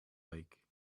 lake